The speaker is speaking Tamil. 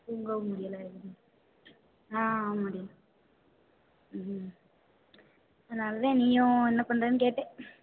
தூங்கவும் முடியலை எதுவும் மு ஆ ஆமாடி ம் ம் அதனால் தான் நீயும் என்ன பண்ணுறேன்னு கேட்டேன்